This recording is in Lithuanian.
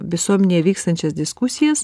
visuomenėje vykstančias diskusijas